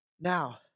Now